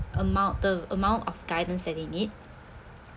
amount the amount of guidance that they need